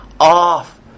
off